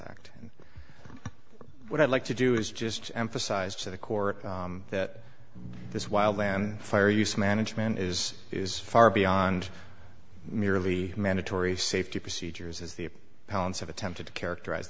act and what i'd like to do is just emphasize to the court that this wild land fire use management is is far beyond merely mandatory safety procedures as the parents have attempted to characterize